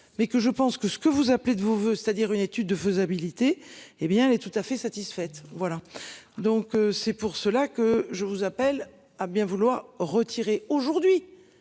mais que je pense que ce que vous appelez de vos voeux, c'est-à-dire une étude de faisabilité, hé bien elle est tout à fait satisfaite. Voilà donc c'est pour cela que je vous appelle à bien vouloir retirer aujourd'hui.